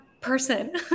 person